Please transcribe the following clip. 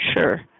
sure